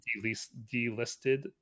...delisted